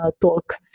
talk